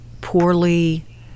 poorly